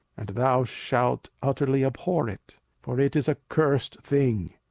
and thou shalt utterly abhor it for it is a cursed thing.